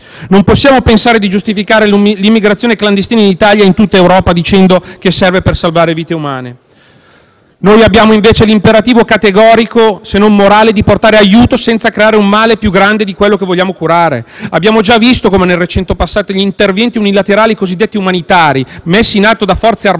Non possiamo pensare di giustificare l'immigrazione clandestina in Italia e in tutta Europa dicendo che serve per salvare vite umane. Noi abbiamo invece l'imperativo categorico, se non morale, di portare aiuto senza creare un male più grande di quello che vogliamo curare. Abbiamo già visto come nel recente passato gli interventi unilaterali cosiddetti umanitari, messi in atto con le forze armate